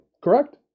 Correct